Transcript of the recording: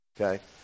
okay